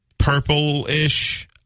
purple-ish